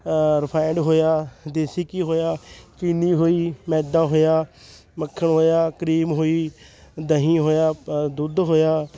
refined ਹੋਇਆ ਦੇਸੀ ਘੀ ਹੋਇਆ ਚੀਨੀ ਹੋਈ ਮੈਦਾ ਹੋਇਆ ਮੱਖਣ ਹੋਇਆ ਕਰੀਮ ਹੋਈ ਦਹੀਂ ਹੋਇਆ ਪ ਦੁੱਧ ਹੋਇਆ